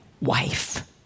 wife